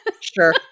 sure